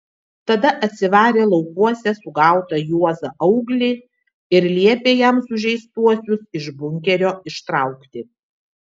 tada atsivarė laukuose sugautą juozą auglį ir liepė jam sužeistuosius iš bunkerio ištraukti